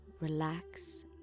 Relax